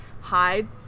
hide